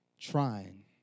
trying